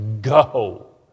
go